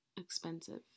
expensive